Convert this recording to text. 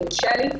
אם יורשה לי,